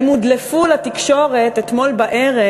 הם הודלפו לתקשורת אתמול בערב,